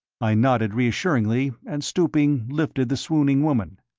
i nodded reassuringly, and stooping, lifted the swooning woman.